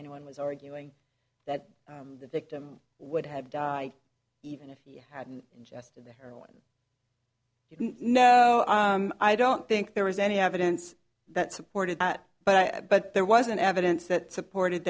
anyone was arguing that the victim would have die even if he hadn't just the heroin you know i don't think there was any evidence that supported that but i but there wasn't evidence that supported